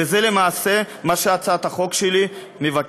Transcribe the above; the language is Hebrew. וזה למעשה מה שהצעת החוק שלי מבקשת.